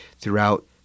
throughout